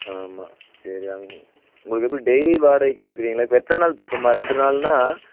ஆமா சரி உங்களுக்கு எப்படி டெயிலி வாடகைக்கு எடுத்துக்குறீங்களா இப்போ எத்தனை நாள் ட்ரிப்பும்மா ரெண்டு நாள்னா